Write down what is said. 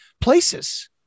places